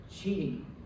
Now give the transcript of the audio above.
cheating